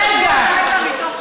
לעבוד שבוע לילה מתוך שבועיים,